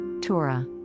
Torah